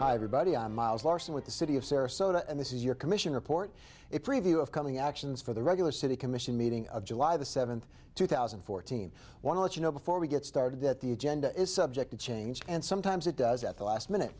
everybody i'm miles larson with the city of sarasota and this is your commission report a preview of coming actions for the regular city commission meeting of july the seventh two thousand and fourteen one of the you know before we get started that the agenda is subject to change and sometimes it does at the last minute